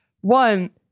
one